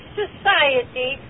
society